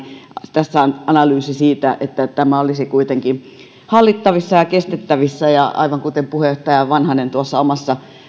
tässä on analyysi siitä että tämä olisi kuitenkin hallittavissa ja kestettävissä ja aivan kuten puheenjohtaja vanhanen omassa